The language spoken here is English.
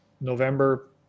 november